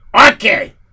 Okay